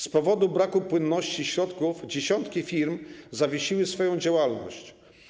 Z powodu braku płynności środków dziesiątki firm zawiesiły swoją działalność.